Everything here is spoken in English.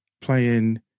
playing